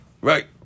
Right